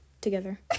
Together